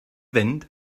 fynd